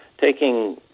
taking